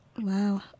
Wow